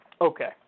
Okay